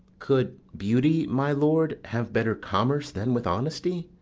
could beauty, my lord, have better commerce than with honesty?